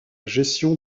gestion